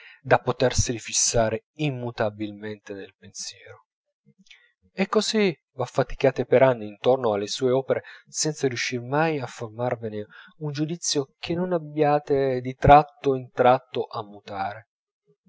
da poterseli fissare immutabilmente nel pensiero e così v'affaticate per anni intorno alle sue opere senza riuscir mai a formarvene un giudizio che non abbiate di tratto in tratto a mutare